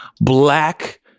black